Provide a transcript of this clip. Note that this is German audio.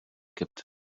gibt